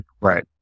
Right